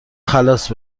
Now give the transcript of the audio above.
خلاص